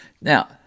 Now